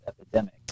epidemic